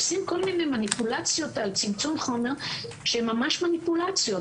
עושים כל מיני מניפולציות על צמצום חומר שהם ממש מניפולציות,